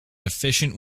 efficient